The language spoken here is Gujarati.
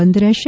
બંધ રહેશે